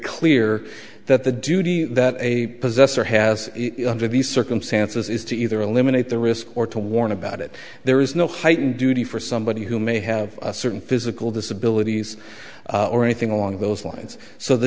clear that the duty that a possessor has under these circumstances is to either eliminate the risk or to warn about it there is no heightened duty for somebody who may have a certain physical disability or anything along those lines so the